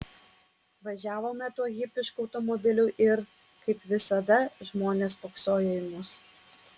važiavome tuo hipišku automobiliu ir kaip visada žmonės spoksojo į mus